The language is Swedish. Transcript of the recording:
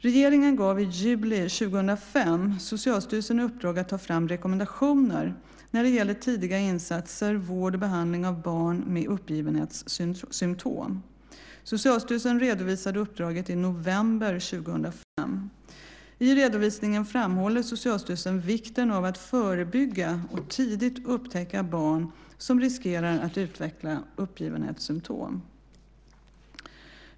Regeringen gav i juli 2005 Socialstyrelsen i uppdrag att ta fram rekommendationer när det gäller tidiga insatser, vård och behandling av barn med uppgivenhetssymtom. Socialstyrelsen redovisade uppdraget i november 2005. I redovisningen framhåller Socialstyrelsen vikten av att förebygga och tidigt upptäcka barn som riskerar utveckla uppgivenhetssymtom.